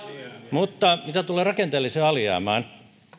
mutta mitä tulee rakenteelliseen alijäämään